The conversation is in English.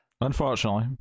unfortunately